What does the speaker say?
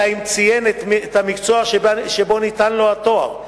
אלא אם כן ציין את המקצוע שבו ניתן לו התואר,